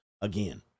again